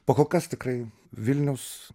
pakol kas tikrai vilnius